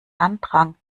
andrang